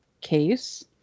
case